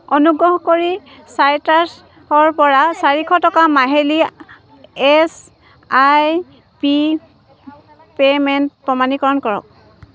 অনুগ্ৰহ কৰি চাইট্ৰাছৰপৰা চাৰিশ টকাৰ মাহিলী এছ আই পি পে'মেণ্ট প্ৰমাণীকৰণ কৰক